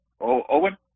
Owen